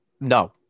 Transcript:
No